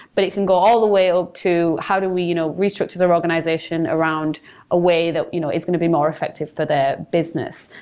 but it can go all the way up to how do we you know restructure their organization around a way that you know it's going to be more effective for the business.